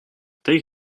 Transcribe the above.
tej